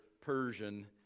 Persian